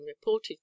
reported